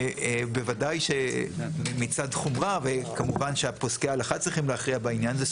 בוודאי שמצד חומרה וכמובן שפוסקי ההלכה צריכים להכריע בעניין הזה.